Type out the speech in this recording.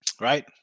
right